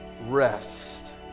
rest